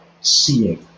seeing